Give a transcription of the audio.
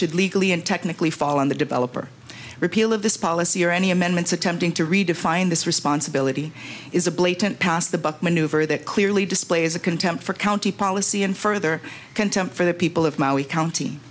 should legally and technically fall on the developer repeal of this policy or any amendments attempting to redefine this responsibility is a blatant pass the buck maneuver that clearly displays a contempt for county policy and further contempt for the people of maui count